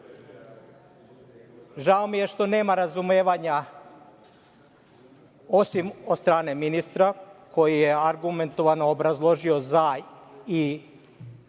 Žao mi je što nema razumevanja osim od strane ministra koji argumentovao obrazložio jedan